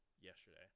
yesterday